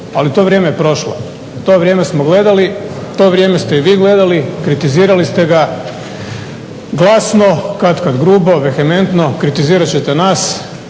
ali to vrijeme je prošlo. To vrijeme smo gledali, to vrijeme ste i vi gledali, kritizirali ste ga glasno, katkad grubo, vehementno. Kritizirat ćete i nas,